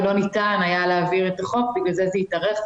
לא ניתן היה להעביר את החוק ולכן זה התארך.